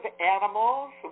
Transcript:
animals